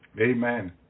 Amen